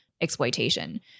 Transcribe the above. Exploitation